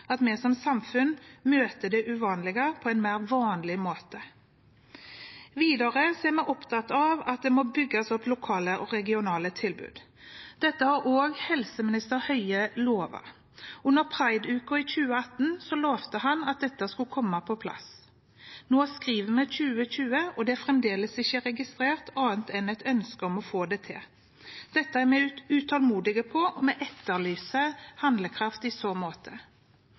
at vi som samfunn møter det uvanlige på en mer vanlig måte. Videre er vi opptatt av at det må bygges opp lokale og regionale tilbud. Dette har også helseminister Høie lovet. Under PRIDE-uken i 2018 lovet han at dette skulle komme på plass. Nå skriver vi 2020, og det er fremdeles ikke registrert annet enn et ønske om å få det til. Vi er utålmodige, og vi etterlyser handlekraft i så måte.